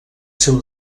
seu